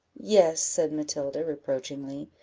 yes, said matilda, reproachingly,